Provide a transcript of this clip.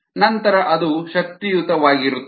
ನಂತರ ಅದು ಶಕ್ತಿಯುತವಾಗಿರುತ್ತದೆ